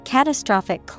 Catastrophic